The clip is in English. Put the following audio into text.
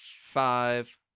five